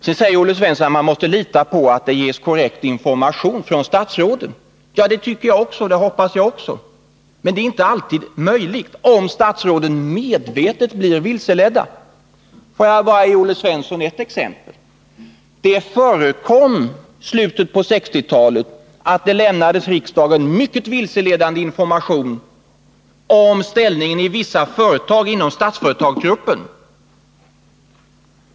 Olle Svensson säger att man måste lita på att det ges korrekt information från statsråden. Det tycker jag också, och jag hoppas att vi kan göra det. Men det är inte alltid möjligt för statsråden att ge korrekt information, om de medvetet blir vilseledda. Får jag bara ge Olle Svensson ett exempel. I slutet på 1960-talet lämnades riksdagen mycket vilseledande information om ställningen i vissa företag inom Statsföretagsgruppen.